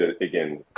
again